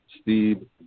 Steve